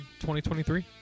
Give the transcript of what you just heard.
2023